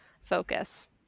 focus